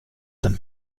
dann